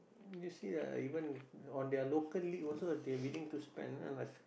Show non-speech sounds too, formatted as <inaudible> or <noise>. you see ah even on their local league also they willing to spend ah like <noise>